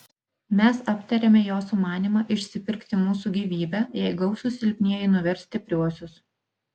mes aptarėme jo sumanymą išsipirkti mūsų gyvybę jei gausūs silpnieji nuvers stipriuosius